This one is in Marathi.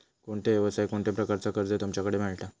कोणत्या यवसाय कोणत्या प्रकारचा कर्ज तुमच्याकडे मेलता?